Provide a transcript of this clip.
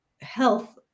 health